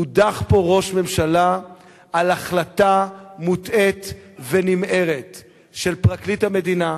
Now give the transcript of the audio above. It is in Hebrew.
הודח פה ראש ממשלה על החלטה מוטעית ונמהרת של פרקליט המדינה,